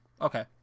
Okay